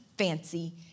Fancy